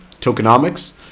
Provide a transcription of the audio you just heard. tokenomics